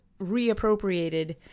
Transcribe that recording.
reappropriated